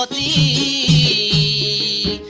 but ie